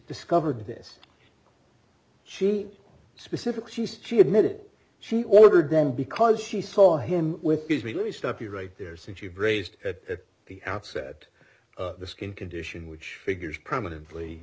discovered this she specific she's g admitted she ordered them because she saw him with me let me stop you right there since you've raised it at the outset of the skin condition which figures prominently